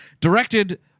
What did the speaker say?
directed